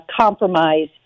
compromise